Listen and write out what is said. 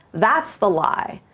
that's the lie.